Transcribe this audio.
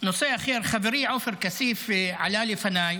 נושא אחר, חברי עופר כסיף, עלה לפניי